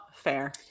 fair